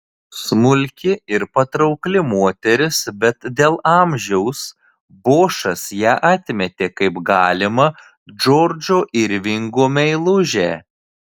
smulki ir patraukli moteris bet dėl amžiaus bošas ją atmetė kaip galimą džordžo irvingo meilužę